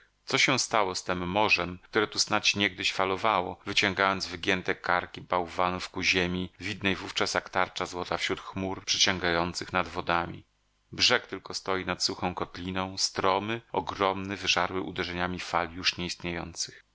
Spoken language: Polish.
co się stało z tem morzem które tu snadź niegdyś falowało wyciągając wygięte karki bałwanów ku ziemi widnej wówczas jak tarcza złota wśród chmur przeciągających nad wodami brzeg tylko stoi nad suchą kotliną stromy ogromny wyżarły uderzeniami fal już nie istniejących